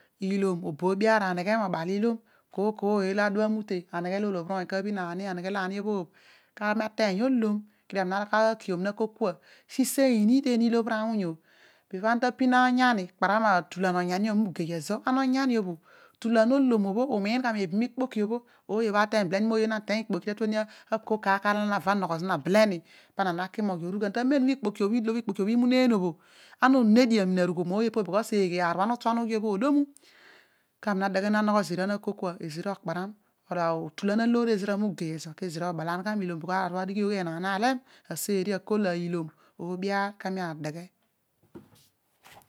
Ilom obo oobi aar aneghe mobal ilom kooy kooy olo adua amute aneghe mo lo olobhir oony ka bhin ani, ani- bhobh kabal ilom ke dio ami nakiom nakul kua sisenyi ni teena ilobhir awuny, obho before ana tapin onyani pira matudan onyani bho mu gei ezo, ana onyani bho tulan olom onumu omiin gha mebum ikpoki bho ooy bho ateeny beleni ooy bho nateeny ikpoki olo tatueni ako kar kar olo ana nava beleni pana naki moghi orughan, temen obho ikpoki bho imuneen bho, kpoki ilo ikpoki bho imuneen bho, ana onedio amina arughom ooy opo bho aar bho adigh bho keghe aar bho ana utuan usi bho olo mu kami nadeghe nanogho zeena nakol kua ezira okparam otulan aloor ezira mogei ezo ezira obalan gha milom aar bho adighi bho enaan nalem aseeri akoa ilom oobi aar kami adeghe.